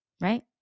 right